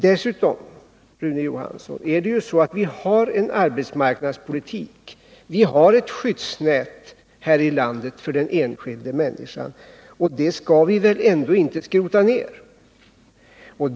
Men, Rune Johansson, vi har ju en arbetsmarknadspolitik, vi har ett skyddsnät här i landet för den enskilda människan. Det skall vi väl ändå inte skrota ned?